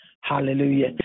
Hallelujah